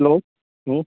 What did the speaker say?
hello ہوں